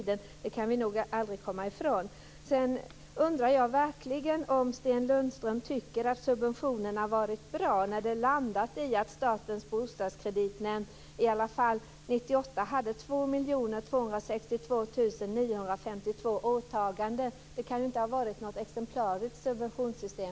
Det kan vi aldrig komma ifrån. Jag undrar verkligen om Sten Lundström tycker att subventionerna har varit bra, när det hela landat i att Statens bostadskreditnämnd hade 2 262 952 åtaganden under 1998. Det kan inte har varit något exemplariskt subventionssystem.